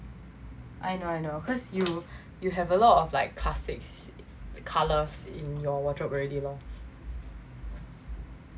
I know I know cause you you have a lot of like classics colors in your wardrobe already lor